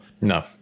No